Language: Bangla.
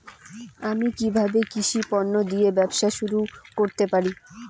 আমি কিভাবে কৃষি পণ্য দিয়ে ব্যবসা শুরু করতে পারি?